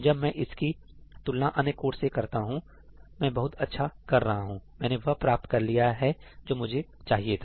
जब मैं इसकी तुलना अन्य कोड से करता हूं मैं बहुत अच्छा कर रहा हूं मैंने वह प्राप्त कर लिया है जो मुझे चाहिए था